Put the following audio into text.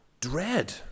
dread